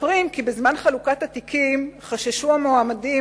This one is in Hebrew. מספרים כי בזמן חלוקת התיקים חששו המועמדים